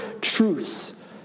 truths